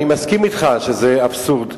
אני מסכים אתך שזה אבסורד,